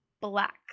black